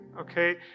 okay